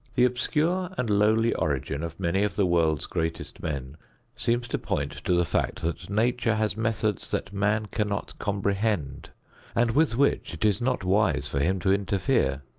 the obscure and lowly origin of many of the world's greatest men seems to point to the fact that nature has methods that man cannot comprehend and with which it is not wise for him to interfere.